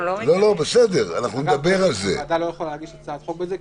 הוועדה לא יכולה להגיש הצעת חוק על זה,